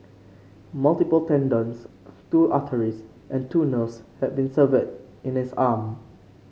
multiple tendons two arteries and two nerves had been severed in his arm